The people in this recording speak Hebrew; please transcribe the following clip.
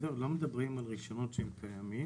לא מדברים על רישיונות קיימים